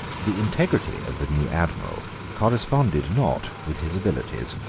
the integrity of the new admiral corresponded not with his abilities.